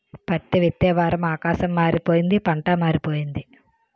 పత్తే విత్తే వారము ఆకాశం మారిపోయింది పంటా మారిపోయింది